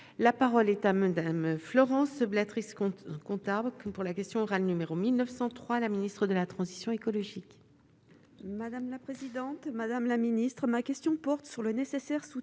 la parole est à Madame Florence risquons comptable pour la question orale numéro 1903 la ministre de la transition écologique.